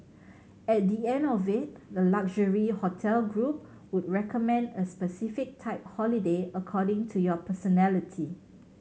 at the end of it the luxury hotel group would recommend a specific type holiday according to your personality